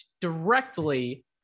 directly